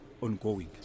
ongoing